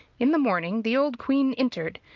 in the morning, the old queen entered,